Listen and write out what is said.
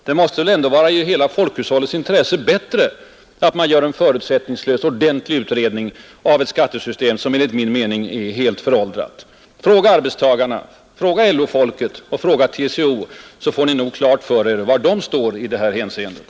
Det måste väl ändå ur hela folkhushållets synpunkt vara bättre att man gör en förutsättningslös, ordentlig utredning av ett skattesystem som enligt min mening är helt föråldrat. Fråga arbetstagarna, fråga LO-folket och fråga TCO, så får ni nog klart för er var de står i det här hänseendet!